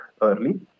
early